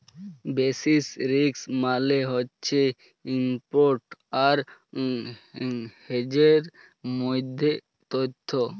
basis risk মালে হছে ইস্প্ট আর হেজের মইধ্যে তফাৎ